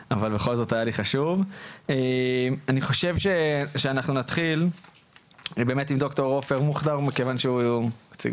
אני חושב שאנחנו נתחיל עם ד"ר עופר מוכתר, שמציג